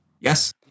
yes